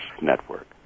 network